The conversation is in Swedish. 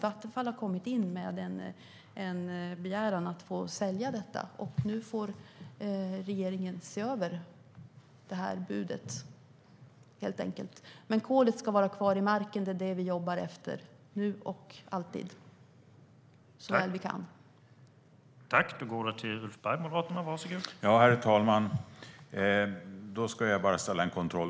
Vattenfall har kommit in med en begäran om att få sälja, och nu får regeringen se över det budet.